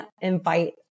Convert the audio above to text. invite